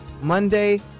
Monday